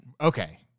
Okay